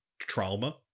trauma